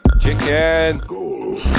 Chicken